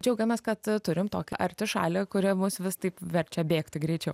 džiaugiamės kad turim tokią arti šalia kuri mus vis taip verčia bėgti greičiau